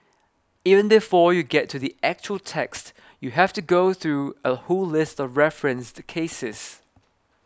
even before you get to the actual text you have to go through a whole list of referenced cases